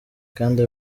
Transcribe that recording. kandi